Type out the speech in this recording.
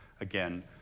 again